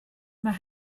mae